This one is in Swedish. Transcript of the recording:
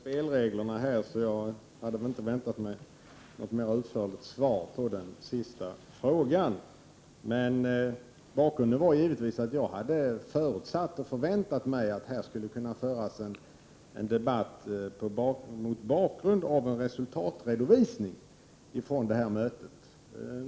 Herr talman! Jag känner väl till spelreglerna i riksdagen, och jag hade väl därför inte väntat mig något mer utförligt svar på min sista fråga. Bakgrunden var givetvis att jag hade förutsatt och förväntat mig att här skulle kunna föras en debatt på grundval av redovisning av resultaten av detta möte.